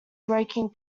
breaking